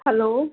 hello